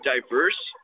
diverse